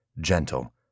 gentle